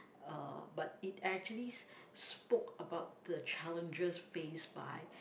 uh but it actually spoke about the challenges faced by